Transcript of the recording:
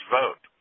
vote